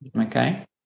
Okay